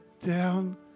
down